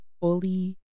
fully